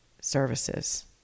services